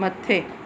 मथे